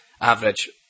average